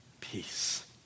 peace